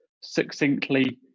succinctly